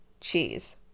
cheese